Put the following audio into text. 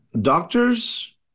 doctors